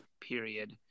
period